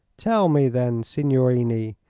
tell me, then, signorini,